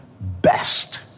best